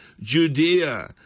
Judea